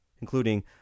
including